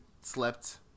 slept